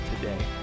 today